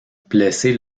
blessé